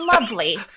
lovely